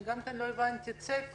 מה הצפי